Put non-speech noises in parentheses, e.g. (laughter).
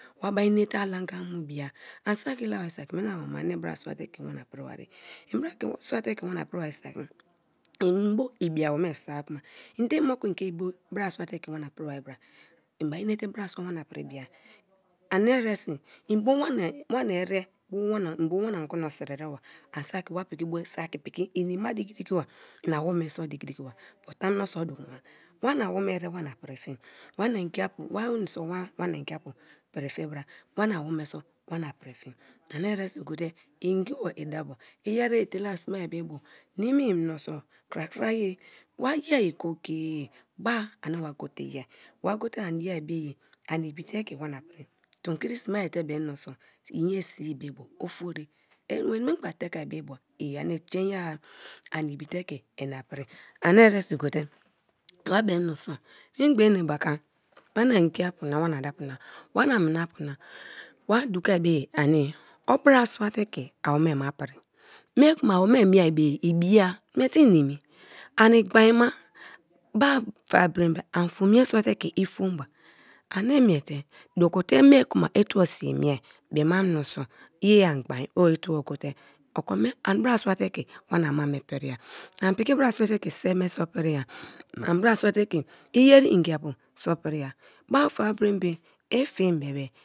Wa mai nate alanga mu bia ani saki la ba saki meni awoma ani barasute ke wana pri marie mbrasua te ke wana pri ma saki bo ibi awome so kuma ende mo ku ike bu brasua te ke wana pri ma bra? Mbai inete brasua wana ere mbo wana ogono sereba ani saki wa piki bo inima diki diki ba ina awome so diki diki ba, kuma tamuno so do ku ma wana awome ere wana pri fi wana ngiapu wami so wa wani ngiapu piri fi bra wana awome so wana pri fi ane eresi goteingible idabo iyeri etela sme be bo niniic minisco krakra ye wa ye go-go-e ba ani wa go te ye wa go te an ye be ye ani ibi te be mini memgba teke me bo ani eresi go te ke ina pri ani eresi gote (noise) wa bew nuniso memgba enebaka wani ngiapu ni wana daapu na wana micape na wa dokuar bu ye ani o bora sua te ke awome ma pri mie be ye ibia mieteininu ani gbaen ma ba fa brenbe ani fom ye sote kei fom ba ani miete dukute mie ku ma i tuo sii mie be ma niniso i an gbain o i tuo gote, oka me an bra suate ke waniina ma me piriya ani piki bra sua te ke se so piriya, ani bra sua te ke i yeri ngiapu so piri ya. ba fabrenbe i fiem be be.